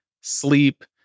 sleep